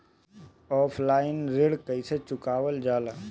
Offline ऋण कइसे चुकवाल जाला?